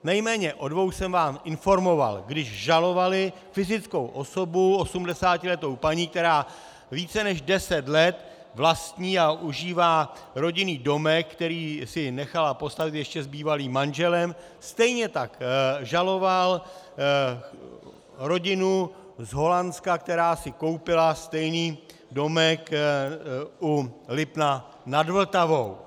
Nejméně o dvou jsem vás informoval když žalovali fyzickou osobu, 80letou paní, která více než deset let vlastní a užívá rodinný domek, který si nechala postavit ještě s bývalým manželem, stejně tak žaloval rodinu z Holandska, která si koupila stejný domek u Lipna nad Vltavou.